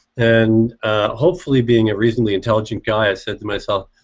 and hopefully being a reasonably intelligent guy i said to myself